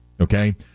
okay